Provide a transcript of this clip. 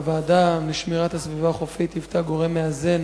הוועדה לשמירת הסביבה החופית היוותה גורם מאזן